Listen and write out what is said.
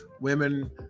women